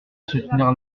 soutenir